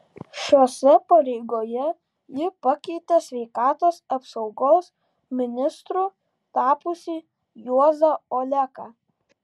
šiose pareigoje ji pakeitė sveikatos apsaugos ministru tapusį juozą oleką